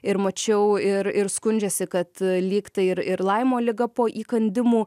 ir mačiau ir ir skundžiasi kad lyg tai ir ir laimo liga po įkandimų